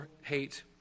hate